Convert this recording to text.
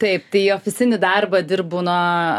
taip tai ofisinį darbą dirbu nuo